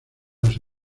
los